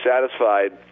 satisfied